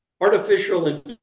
artificial